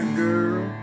girl